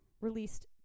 released